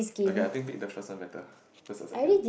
okay I think pick the first one better first or second